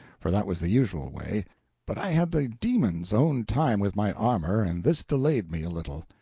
for that was the usual way but i had the demon's own time with my armor, and this delayed me a little.